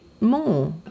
more